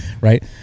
right